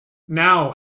now